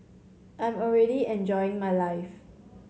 I'm already enjoying my life